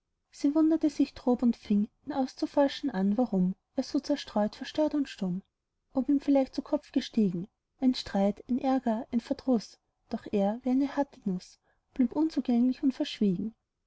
sie wunderte sich drob und fing ihn auszuforschen an warum er so zerstreut verstört und stumm ob ihm vielleicht zu kopf gestiegen ein streit ein ärger ein verdruß doch er wie eine harte nuß blieb unzugänglich und verschwiegen